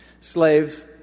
Slaves